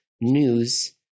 news